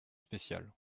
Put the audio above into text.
spéciale